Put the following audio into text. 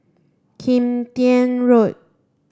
Kim Tian Road